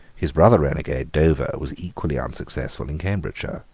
his brother renegade dover was equally unsuccessful in cambridgeshire.